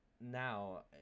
now